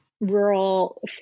rural